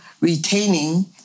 Retaining